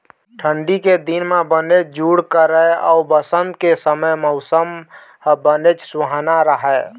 ठंडी के दिन म बनेच जूड़ करय अउ बसंत के समे मउसम ह बनेच सुहाना राहय